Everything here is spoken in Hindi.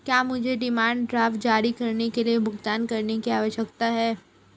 क्या मुझे डिमांड ड्राफ्ट जारी करने के लिए भुगतान करने की आवश्यकता है?